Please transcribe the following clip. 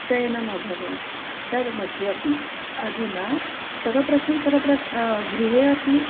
चयनम् अभवत् तत् मध्येपि अधुना सर्वप्रथंमं सर्वं गृहे अपि